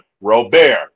Robert